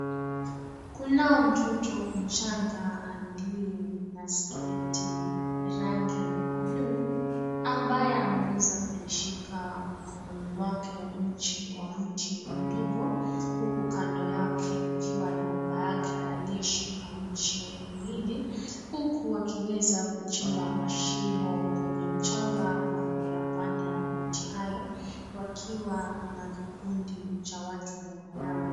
Kunao mtoto mchanga aliye na sketi ya rangi ya bluu, ambaye ameweza kulishiksa mkononi mwake mche wa mti mdogo huku kando yake kukiwa na babake aliye shika mche mbili huku wakiweza kuchimba mashimo kwenye mchanga na kuyapanda miti hayo wakiwa na kikundi cha watu nyuma yao.